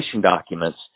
documents